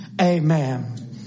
Amen